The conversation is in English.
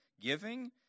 giving